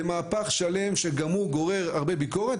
זה מהפך שלם שגם הוא גורר הרבה ביקורת,